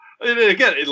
Again